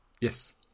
Yes